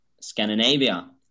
Scandinavia